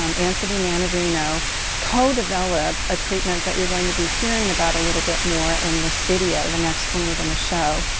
um anthony, ah you know co-developed a treatment that you're going to be hearing about a little bit more in this video, the next one we're going to show.